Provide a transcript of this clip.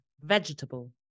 Vegetable